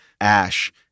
Ash